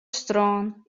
strân